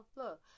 look